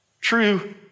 True